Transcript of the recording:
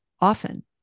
often